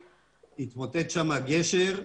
התמוטט שם גשר,